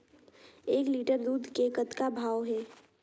एक लिटर दूध के कतका भाव हे?